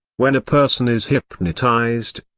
when a person is hypnotized,